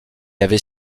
avait